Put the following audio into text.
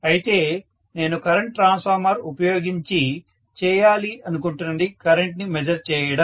అయితే నేను current transformer ఉపయోగించి చేయాలి అనుకుంటున్నది కరెంట్ ని మెజర్ చేయడం